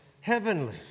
heavenly